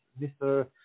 mr